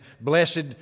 blessed